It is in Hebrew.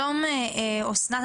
שלום אסנת,